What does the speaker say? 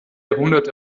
jahrhundert